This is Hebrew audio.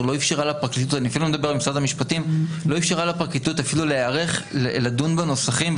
לא אפשרה לפרקליטות להיערך לדון בנוסחים,